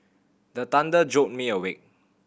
the thunder jolt me awake